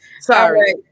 Sorry